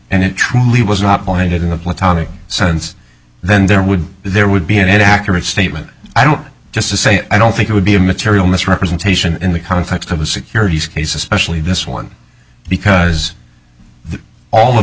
and it truly was not pointed in the platonic sense then there would be there would be an accurate statement i don't just to say i don't think it would be a material misrepresentation in the context of the securities case especially this one because all of